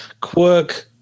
quirk